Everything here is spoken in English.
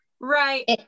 Right